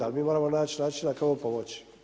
Ali mi moramo naći načina kako pomoći.